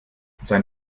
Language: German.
sein